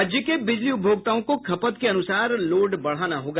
राज्य के बिजली उपभोक्ताओं को खपत के अनुसार लोड बढ़ाना होगा